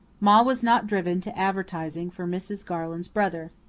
ma was not driven to advertising for mrs. garland's brother.